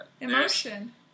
emotion